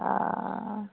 ओ